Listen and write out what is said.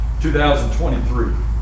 2023